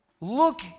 look